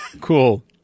Cool